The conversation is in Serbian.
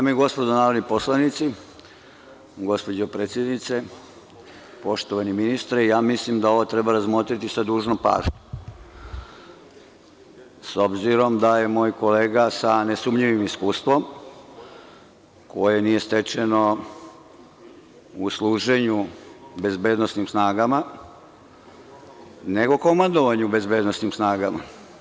Dame i gospodo narodni poslanici, gospođo predsednice, poštovani ministre, mislim da ovo treba razmotriti sa dužnom pažnjom, s obzirom da je moj kolega sa nesumnjivim iskustvom, koje nije stečeno u služenju bezbednosnim snagama, nego komandovanje bezbednosnim snagama.